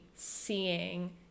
seeing